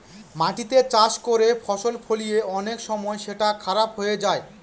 মাটিতে চাষ করে ফসল ফলিয়ে অনেক সময় সেটা খারাপ হয়ে যায়